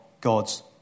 God's